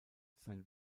sein